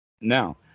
now